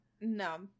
No